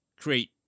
create